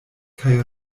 kaj